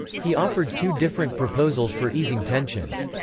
he offered two different proposals for easing tensions.